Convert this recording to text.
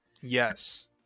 Yes